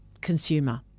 consumer